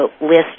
list